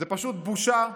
זאת פשוט בושה,